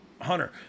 Hunter